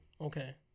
Okay